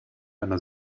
einer